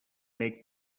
make